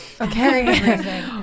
Okay